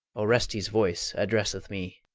orestes' voice addresseth me.